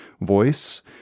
voice